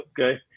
Okay